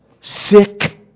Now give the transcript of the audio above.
sick